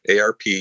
ARP